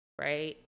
right